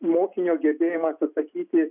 mokinio gebėjimas atsakyti